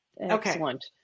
Excellent